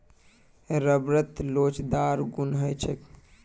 रबरत लोचदार गुण ह छेक